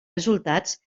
resultats